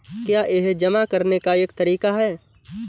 क्या यह जमा करने का एक तरीका है?